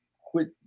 quit